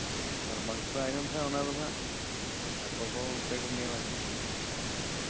ᱟᱨ ᱵᱟᱝᱯᱮ ᱟᱸᱡᱚᱢ ᱠᱷᱟᱱ ᱚᱱᱟ ᱫᱚ ᱦᱟᱸᱜ ᱟᱠᱚ ᱠᱚ ᱚᱱᱛᱮ ᱠᱚ ᱧᱮᱞ ᱟᱠᱚ